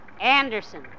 Anderson